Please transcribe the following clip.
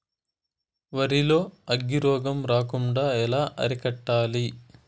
వరి లో అగ్గి రోగం రాకుండా ఎలా అరికట్టాలి?